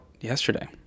yesterday